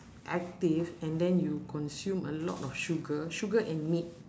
active and then you consume a lot of sugar sugar and meat